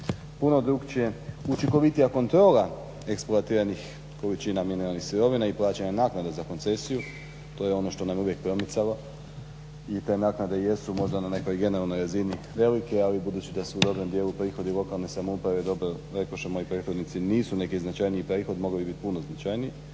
puno drugačije, učinkovitija kontrola eksploatiranih količina mineralnih sirovina i plaćanja naknada za koncesiju, to je ono što nam je uvijek promicalo i te naknade jesu možda na nekoj generalnoj razini velike ali budući da su u dobrom dijelu prihodi lokalne samouprave dobro rekoše moji prethodnici nisu neki značajniji prihod mogli bi biti puno značajniji.